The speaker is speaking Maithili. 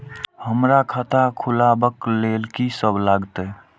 हमरा खाता खुलाबक लेल की सब लागतै?